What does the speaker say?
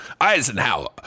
Eisenhower